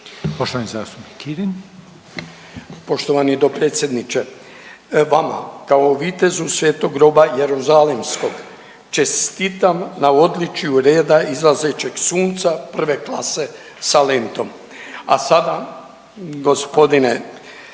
Poštovani zastupnik Kirin.